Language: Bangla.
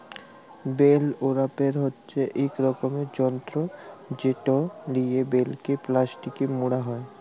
বেল ওরাপের হছে ইক রকমের যল্তর যেট লিয়ে বেলকে পেলাস্টিকে মুড়া হ্যয়